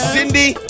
Cindy